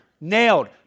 nailed